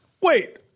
wait